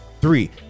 three